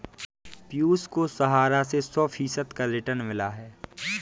पियूष को सहारा से सौ फीसद का रिटर्न मिला है